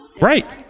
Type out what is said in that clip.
Right